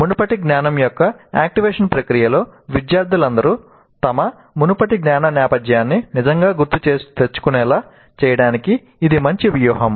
మునుపటి జ్ఞానం యొక్క యాక్టివేషన్ ప్రక్రియలో విద్యార్థులందరూ తమ మునుపటి జ్ఞాన నేపథ్యాన్ని నిజంగా గుర్తుకు తెచ్చుకునేలా చేయడానికి ఇది మంచి వ్యూహం